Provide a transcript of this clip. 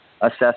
assess